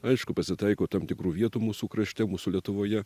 aišku pasitaiko tam tikrų vietų mūsų krašte mūsų lietuvoje